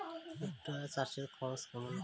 ভুট্টা চাষে খরচ কেমন?